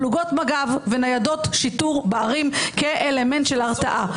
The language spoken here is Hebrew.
פלוגות מג"ב וניידות שיטור בערים כאלמנט של הרתעה.